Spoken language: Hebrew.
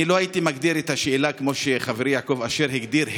אני לא הייתי מגדיר את השאלה כמו שחברי יעקב אשר הגדיר,